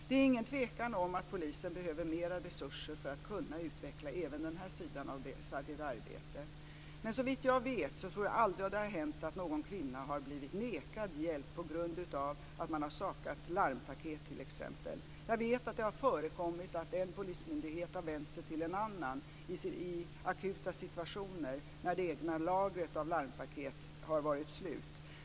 Det råder inget tvivel om att polisen behöver mer resurser för att kunna utveckla även den sidan av deras arbete. Såvitt jag vet har det aldrig hänt att någon kvinna har blivit nekad hjälp på grund av att larmpaket har saknats. Jag vet att det har förekommit att en polismyndighet har vänt sig till en annan i akuta situationer när det egna lagret av larmpaket har varit slut.